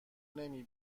نمی